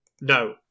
no